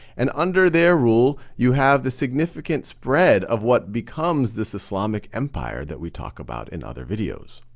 and under their rule, you have the significant spread of what becomes this islamic empire that we talk about in other videos.